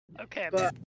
Okay